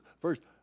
First